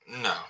No